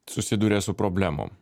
susiduria su problemom